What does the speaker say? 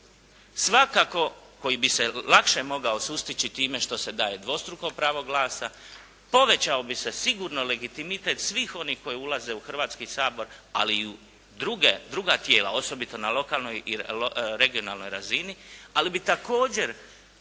svakako koji bi se lakše mogao sustići time što se daje dvostruko pravo glasa, povećao bi se sigurno legitimitet svih onih koji ulaze u Hrvatski sabor ali i u druga tijela osobito na lokalnoj i regionalnoj razini. Ali bi također